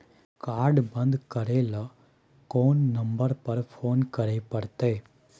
Card बन्द करे ल कोन नंबर पर फोन करे परतै?